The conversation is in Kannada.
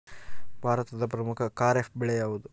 ಭಾರತದ ಪ್ರಮುಖ ಖಾರೇಫ್ ಬೆಳೆ ಯಾವುದು?